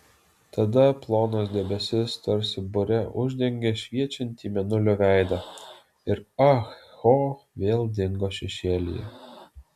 tada plonas debesis tarsi bure uždengė šviečiantį mėnulio veidą ir ah ho vėl dingo šešėlyje